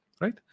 right